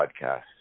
podcast